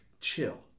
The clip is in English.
chill